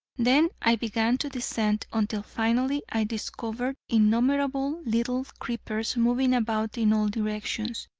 then i began to descend, until finally i discovered innumerable little creepers moving about in all directions.